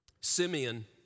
Simeon